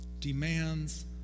demands